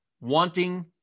Wanting